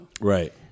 Right